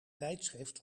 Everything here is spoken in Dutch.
tijdschrift